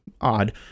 odd